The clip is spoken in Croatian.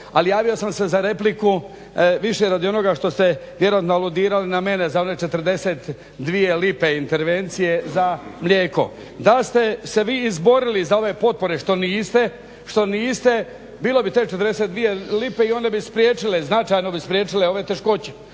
Ali javio sam se za repliku više radi onoga što ste vjerojatno aludirali na mene za one 42 lipe intervencije za mlijeko. Da ste se vi izborili za ove potpore, što niste, bilo bi te 42 lipe i one bi spriječile, značajno bi spriječile ove teškoće.